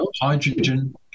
hydrogen